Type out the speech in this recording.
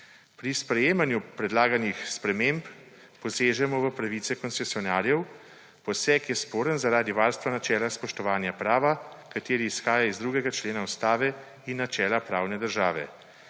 Pri sprejemanju predlaganih sprememb posežemo v pravice koncesionarjev. Poseg je sporen zaradi varstva načela in spoštovanja prava, kateri izhaja iz 2. člena Ustave, in načela pravne države.